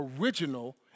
original